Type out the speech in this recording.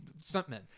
stuntmen